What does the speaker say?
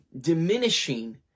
diminishing